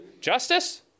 Justice